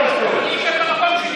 שב פה.